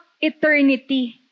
eternity